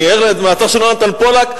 אני ער למעצר של יונתן פולק,